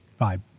vibe